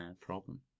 problem